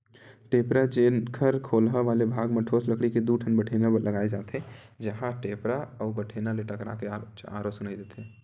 टेपरा, जेखर खोलहा वाले भाग म ठोस लकड़ी के दू ठन बठेना लगाय जाथे, जेहा टेपरा अउ बठेना ले टकरा के आरो सुनई देथे